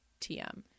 Tm